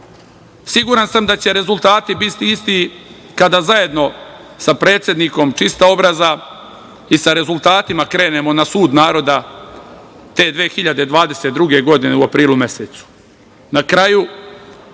sam da će rezultati biti isti kada zajedno sa predsednikom, čista obraza, i sa rezultatima krenemo na sud naroda te 2022. godine u aprilu mesecu. Na